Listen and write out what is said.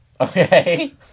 Okay